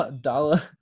Dollar